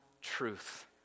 truth